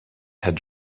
had